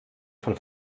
von